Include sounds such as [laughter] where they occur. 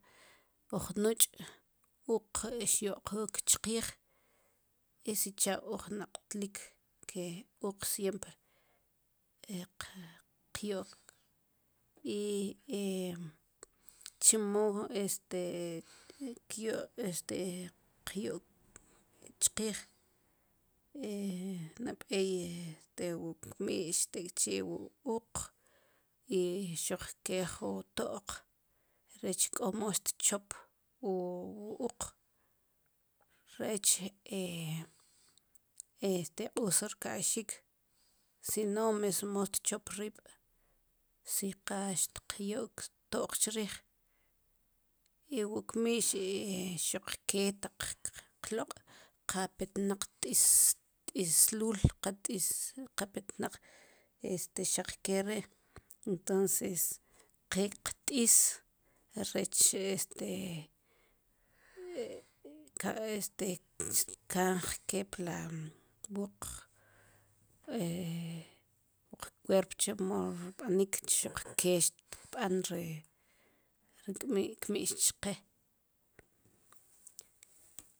Uj nuch' uq xyo'qook chqiij i sicha' uj naq'tlik ke uq siempr qyo'k i [hesitation] chemo este [hesitation] qyo'k chqiij [hesitation] nab'ey te wu kmi'x tek'chi' wu uq i xuq ke jun to'q rech k'omo tchop wu uq rech [hesitation] rech q'us rka'yxik si no mesmo tchap riib' si qa xtikyok to'q chriij ewu kmi'x xuq ke taq qlo'q' qa petnak [unintelligible] qa petnaq xaq ke ri' entonces qe qtz'iis rech este [unintelligible] tkanj kipla buuk [hesitation] ju qkuerp chemo rb'anik xuq ke xtb'an ri kmi'x chqe